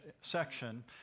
section